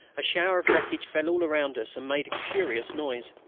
a shower of wreckage fell all around us and made a curious noise.